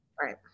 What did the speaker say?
Right